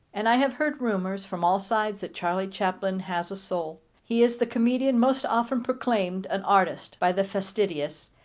and i have heard rumors from all sides that charlie chaplin has a soul. he is the comedian most often proclaimed an artist by the fastidious,